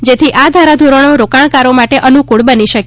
જેથી આ ધારાધોરણો રોકાણકારો માટે અનુકૂળ બની શકે